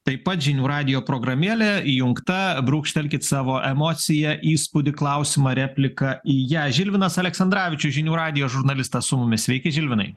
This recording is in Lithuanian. taip pat žinių radijo programėlė įjungta brūkštelkit savo emociją įspūdį klausimą repliką į ją žilvinas aleksandravičius žinių radijo žurnalistas su mumis sveiki žilvinai